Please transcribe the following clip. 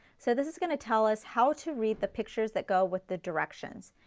so this is going to tell us how to read the pictures that go with the directions.